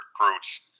recruits